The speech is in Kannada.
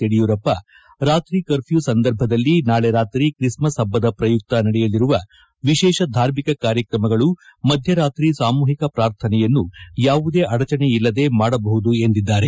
ಯಡಿಯೂರಪ್ಪ ರಾತ್ರಿ ಕರ್ಫ್ಟೂ ಸಂದರ್ಭದಲ್ಲಿ ನಾಳೆ ರಾತ್ರಿ ಕ್ರಿಸ್ ಮಸ್ ಪಬ್ಲದ ಪ್ರಯುಕ್ತ ನಡೆಯಲಿರುವ ವಿಶೇಷ ಧಾರ್ಮಿಕ ಕಾರ್ಯಕ್ರಮಗಳು ಮಧ್ವರಾತ್ರಿ ಸಾಮೂಹಿಕ ಪ್ರಾರ್ಥನೆಯನ್ನು ಯಾವುದೇ ಅಡಚಣೆಯಲ್ಲದೆ ಮಾಡಬಹುದು ಎಂದಿದ್ದಾರೆ